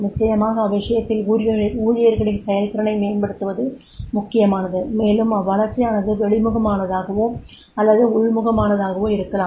நிச்சயமாக அவ்விஷயத்தில் ஊழியர்களின் செயல்திறனை மேம்படுத்துவது முக்கியமானது மேலும் அவ்வளர்ச்சியானது வெளிமுகமானதாகவோ அல்லது உள்முகமானதாகவோ இருக்கலாம்